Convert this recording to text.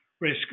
risk